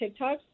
tiktoks